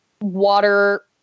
water